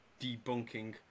debunking